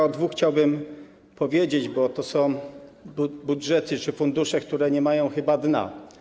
O dwóch chciałbym powiedzieć, bo to są budżety czy fundusze, które nie mają chyba dna.